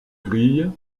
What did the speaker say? grille